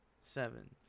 seven